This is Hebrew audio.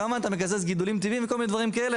כמה אתה מקזז גידולים טבעיים וכל מיני דברים כאלה,